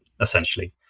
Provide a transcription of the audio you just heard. essentially